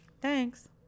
Thanks